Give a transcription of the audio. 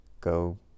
go